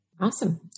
Awesome